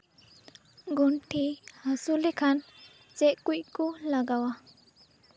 ᱜᱚᱱᱴᱷᱮ ᱦᱟᱹᱥᱩ ᱞᱮᱠᱷᱟᱱ ᱪᱮᱫ ᱠᱚᱠᱚ ᱞᱟᱜᱟᱣᱟ